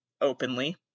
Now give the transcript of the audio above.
openly